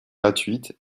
gratuite